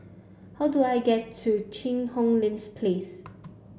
how do I get to Cheang Hong Lim's Place